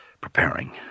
preparing